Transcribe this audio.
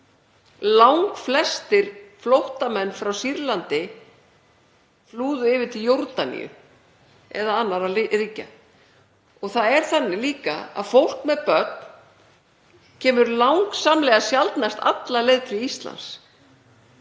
Langflestir flóttamenn frá Sýrlandi flúðu yfir til Jórdaníu eða annarra ríkja. Það er þannig líka að fólk með börn kemur langsjaldnast alla leið til Íslands.